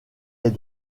est